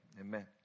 amen